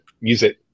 music